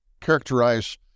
characterize